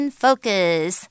focus